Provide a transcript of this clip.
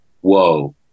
Whoa